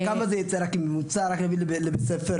כמה זה ייצא רק ממוצע, לבית ספר?